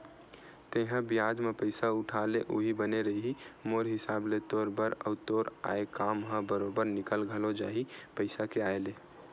तेंहा बियाज म पइसा उठा ले उहीं बने रइही मोर हिसाब ले तोर बर, अउ तोर आय काम ह बरोबर निकल घलो जाही पइसा के आय ले